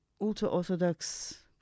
ultra-Orthodox